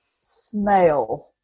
Snail